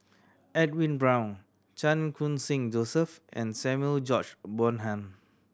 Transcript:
Edwin Brown Chan Khun Sing Joseph and Samuel George Bonham